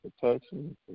protection